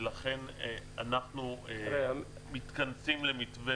ולכן אנחנו מתכנסים למתווה